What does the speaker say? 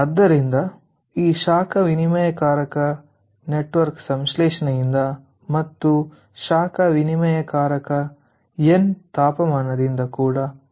ಆದ್ದರಿಂದ ಈ ಶಾಖ ವಿನಿಮಯಕಾರಕ ನೆಟ್ವರ್ಕ್ ಸಂಶ್ಲೇಷಣೆಯಿಂದ ಮತ್ತು ಶಾಖ ವಿನಿಮಯಕಾರಕದ ಎನ್ ತಾಪಮಾನದಿಂದ ಕೂಡ ಮಾಡಬೇಕು